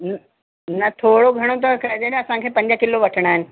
न न थोरो घणो त कजे न असांखे पंज किलो वठणा आहिनि